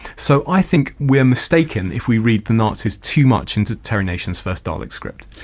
so i think we're mistaken if we read the nazis too much into terry nation's first dalek script.